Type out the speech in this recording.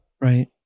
Right